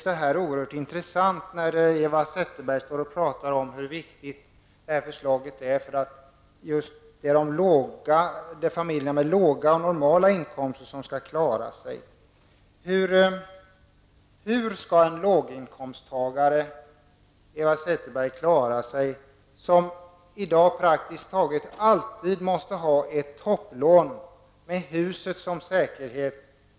Det är intressant att höra Eva Zetterberg tala om hur viktigt förslaget är eftersom det är familjerna med låga och medelstora inkomster som skall klara sig. Hur skall en låginkomsttagare, Eva Zetterberg, kunna bygga ett hus när han i dag praktiskt taget alltid måste ta ett topplån med huset som säkerhet?